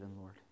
Lord